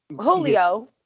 Julio